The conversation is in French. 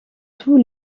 tous